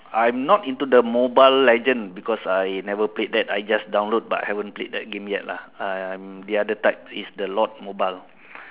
I'm not into the mobile legend because I never played that I just download but I never play that yet lah I'm the other type is the Lord mobile